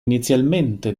inizialmente